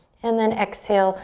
and then exhale,